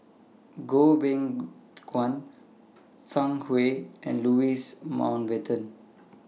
Goh Beng Kwan Zhang Hui and Louis Mountbatten